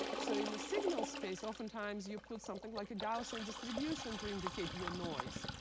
so in the signal space, often times, you put something like a gaussian distribution to indicate your noise.